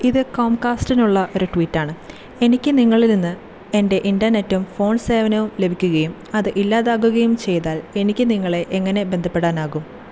ഇത് കോംകാസ്റ്റിനുള്ള ഒരു ട്വീറ്റ് ആണ് എനിക്ക് നിങ്ങളിൽ നിന്ന് എൻ്റെ ഇൻ്റർനെറ്റും ഫോൺ സേവനവും ലഭിക്കുകയും അത് ഇല്ലാതാകുകയും ചെയ്താൽ എനിക്ക് നിങ്ങളെ എങ്ങനെ ബന്ധപ്പെടാനാകും